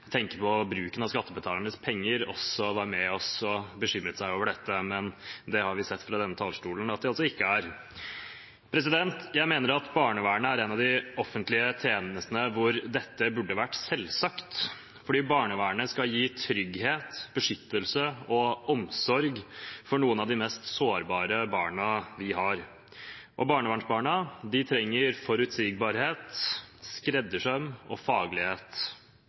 på bruken av skattebetalernes penger, også var med oss og bekymret seg over dette. Men det har vi sett fra denne talerstolen at de ikke er. Jeg mener barnevernet er en av de offentlige tjenestene hvor dette burde ha vært selvsagt, for barnevernet skal gi trygghet, beskyttelse og omsorg for noen av de mest sårbare barna vi har. Barnevernsbarna trenger forutsigbarhet, skreddersøm og faglighet.